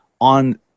on